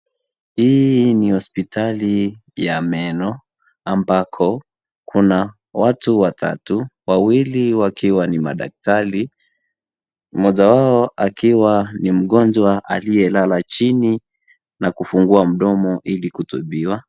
Hii ni hospitali ya meno ambako kuna watu watatu , wawili wakiwa ni madaktari mmoja wao akiwa ni mgonjwa aliyelala chini na kufungua mdomo ili kutibiwa.